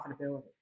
profitability